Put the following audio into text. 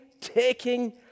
taking